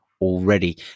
already